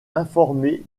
informé